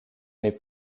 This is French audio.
mais